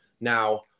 now